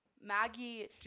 maggie